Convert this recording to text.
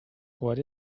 what